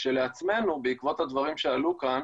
כשלעצמנו, בעקבות הדברים שעלו כאן,